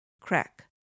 crack